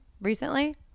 recently